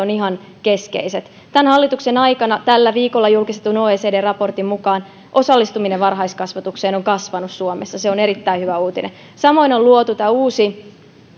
ovat ihan keskeiset tämän hallituksen aikana tällä viikolla julkistetun oecd raportin mukaan osallistuminen varhaiskasvatukseen on kasvanut suomessa se on erittäin hyvä uutinen samoin on luotu tämä uusi